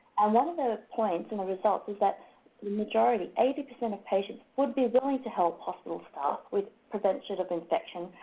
and one of the points, and the results, is that the majority, eighty percent of patients, would be willing to help hospital staff with prevention of infection,